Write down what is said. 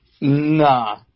Nah